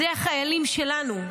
אלה החיילים שלנו,